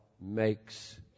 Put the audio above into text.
makes